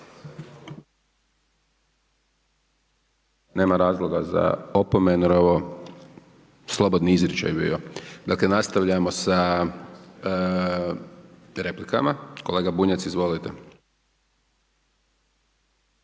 Nema razloga za opomenu jer je ovo slobodni izričaj bio. Dakle nastavljamo sa replikama, kolega Bunjac, izvolite.